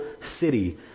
city